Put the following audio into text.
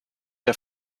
der